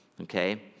Okay